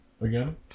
again